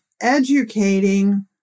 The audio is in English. educating